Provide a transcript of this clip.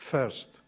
First